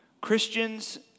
christians